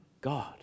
God